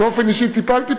באופן אישי טיפלתי,